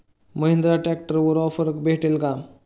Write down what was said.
महिंद्रा ट्रॅक्टरवर ऑफर भेटेल का?